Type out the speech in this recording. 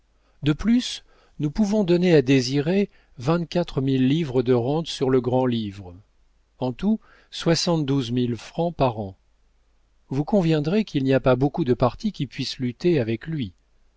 de plus nous pouvons donner à désiré vingt-quatre mille livres de rente sur le grand-livre en tout soixante-douze mille francs par an vous conviendrez qu'il n'y a pas beaucoup de partis qui puissent lutter avec lui